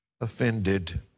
offended